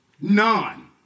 None